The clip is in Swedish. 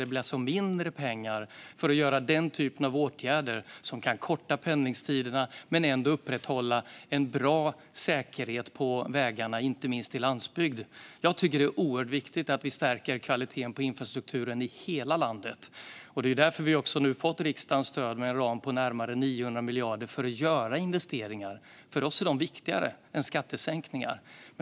Det blir alltså mindre pengar för att göra den typen av åtgärder som kan korta pendlingstiderna men ändå upprätthålla en bra säkerhet på vägarna inte minst i landsbygd. Jag tycker att det är oerhört viktigt att vi stärker kvaliteten på infrastrukturen i hela landet, och det är därför vi nu har fått riksdagens stöd med en ram på närmare 900 miljarder för att göra investeringar. För oss är det viktigare än skattesänkningar.